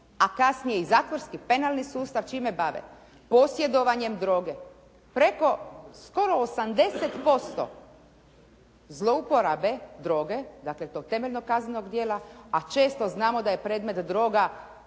a kasnije i zatvorski penalni sustav čime bave, posjedovanjem drogo. Preko skoro 80% zlouporabe droge, dakle tog temeljenog kaznenog djela, a često znamo da je predmet droga